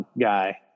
guy